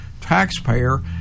taxpayer